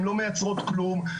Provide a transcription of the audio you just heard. הן לא מייצרות כלום,